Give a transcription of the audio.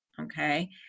okay